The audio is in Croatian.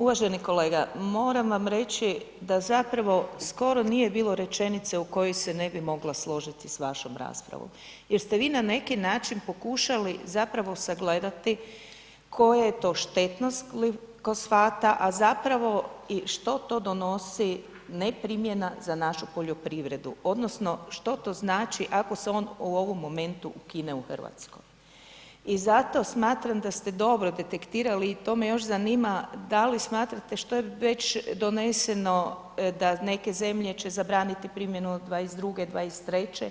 Uvaženi kolega, moram reći da zapravo skoro nije bilo rečenice u kojoj se ne bi mogla složiti s vašom raspravom jer ste vi na neki način pokušali zapravo sagledati koje je to štetnost glikosfata, a zapravo i što to donosi ne primjena za našu poljoprivredu, odnosno što to znači ako se on u ovom momentu ukine u Hrvatskoj i zato smatram da ste dobro detektirali i to me još zanima, da li smatrate što je već doneseno da neke zemlje će zabraniti primjenu od '22., '23.,